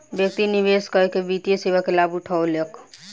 व्यक्ति निवेश कअ के वित्तीय सेवा के लाभ उठौलक